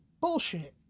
Bullshit